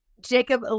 Jacob